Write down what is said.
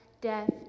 death